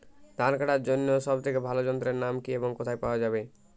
ধান কাটার জন্য সব থেকে ভালো যন্ত্রের নাম কি এবং কোথায় পাওয়া যাবে?